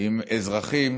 עם אזרחים